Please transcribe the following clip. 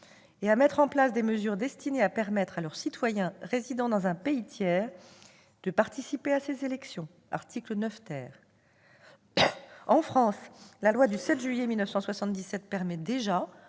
et à mettre en place des mesures destinées à permettre à leurs citoyens résidant dans un pays tiers de participer à ces élections, comme le précise l'article 9 . En France, la loi du 7 juillet 1977 permet déjà